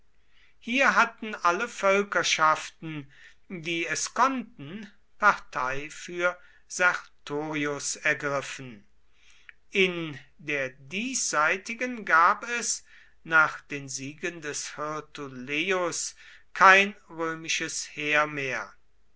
hier hatten alle völkerschaften die es konnten partei für sertorius ergriffen in der diesseitigen gab es nach den siegen des hirtuleius kein römisches heer mehr